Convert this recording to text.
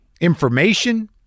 information